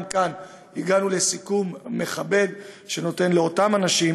גם כאן הגענו לסיכום מכבד שנותן לאותם אנשים